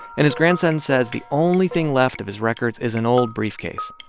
and his grandson says the only thing left of his records is an old briefcase,